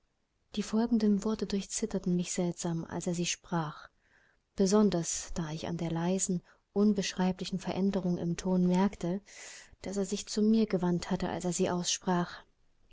die folgenden worte durchzitterten mich seltsam als er sie sprach besonders da ich an der leisen unbeschreiblichen veränderung im ton merkte daß er sich zu mir gewandt hatte als er sie aussprach